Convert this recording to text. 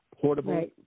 portable